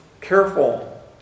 careful